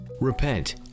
repent